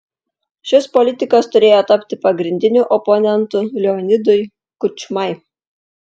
šis politikas turėjo tapti pagrindiniu oponentu leonidui kučmai